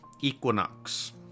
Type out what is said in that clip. equinox